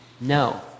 no